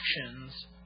actions